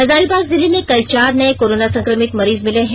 हजारीबाग जिले में कल चार नए कोरोना संक्रमित मरीज मिले हैं